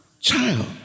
Child